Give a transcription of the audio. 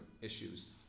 issues